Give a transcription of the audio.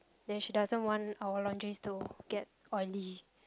then she doesn't want our laundries to get oily